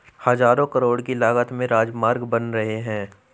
हज़ारों करोड़ की लागत से राजमार्ग बन रहे हैं